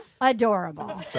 adorable